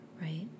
right